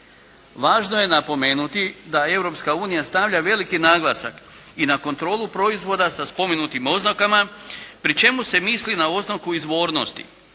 Važno je napomenuti da Europska unija stavlja veliki naglasak i na kontrolu proizvoda sa spomenutim oznakama pri čemu se misli na oznaku izvornosti,